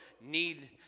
need